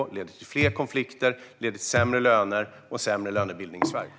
Jag tror att den skulle leda till fler konflikter, till sämre löner och till en sämre lönebildning i Sverige.